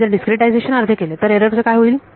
मी जर डीस्क्रीटायझेशन अर्धे केले तर एरर चे काय होईल